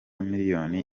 miliyoni